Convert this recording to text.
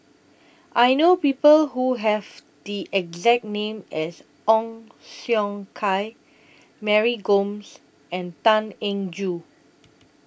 I know People Who Have The exact name as Ong Siong Kai Mary Gomes and Tan Eng Joo